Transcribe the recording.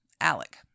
Alec